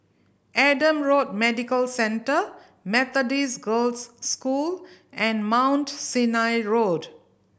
Adam Road Medical Centre Methodist Girls' School and Mount Sinai Road